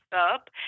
up